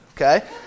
okay